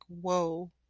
whoa